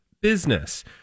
business